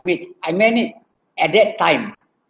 wait I mean it at that time